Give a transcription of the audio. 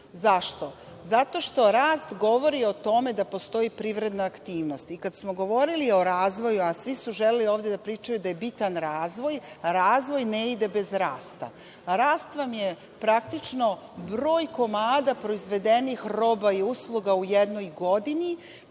Zašto? Zato što rast govori o tome da postoji privredna aktivnost i kada smo govorili o razvoju, a svi su želeli ovde da pričaju da je bitan razvoj, razvoj ne ide bez rasta. Rast vam je praktično broj komada proizvodenih roba i usluga u jednoj godini